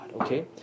Okay